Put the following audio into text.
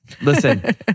listen